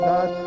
God